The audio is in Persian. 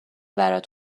برات